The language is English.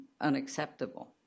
unacceptable